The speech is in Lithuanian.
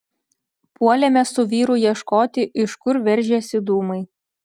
puolėme su vyru ieškoti iš kur veržiasi dūmai